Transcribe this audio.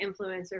influencer